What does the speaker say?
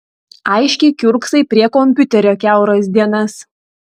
aiškiai kiurksai prie kompiuterio kiauras dienas